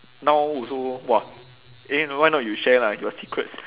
now also !wah! eh no why not you share lah your secrets